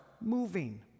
moving